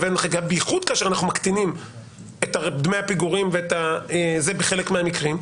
במיוחד כאשר אנחנו מקטינים את דמי הפיגורים בחלק מהמקרים,